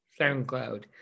SoundCloud